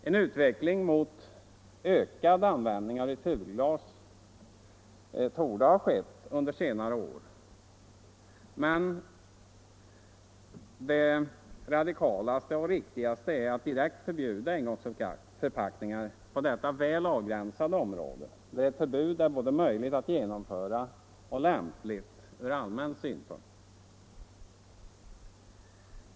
En utveckling mot ökad användning av returglas torde ha skett under senare år, men det radikalaste och riktigaste är att direkt förbjuda engångsförpackningar på detta väl avgränsade område där ett förbud är både möjligt att genomföra och lämpligt ur allmän synpunkt.